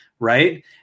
Right